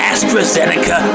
AstraZeneca